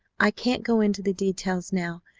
i can't go into the details now,